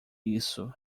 isso